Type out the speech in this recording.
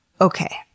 Okay